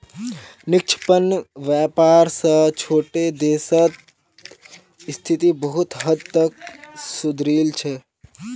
निष्पक्ष व्यापार स छोटो देशक स्थिति बहुत हद तक सुधरील छ